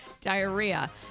diarrhea